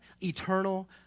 eternal